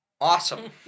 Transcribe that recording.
Awesome